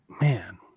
man